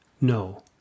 no